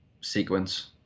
sequence